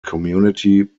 community